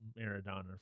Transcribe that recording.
Maradona